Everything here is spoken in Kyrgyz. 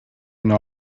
үйүнө